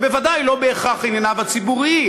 ובוודאי לא בהכרח ענייניו הציבוריים,